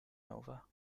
nova